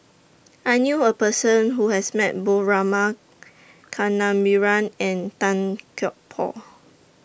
I knew A Person Who has Met Both Rama Kannabiran and Tan Por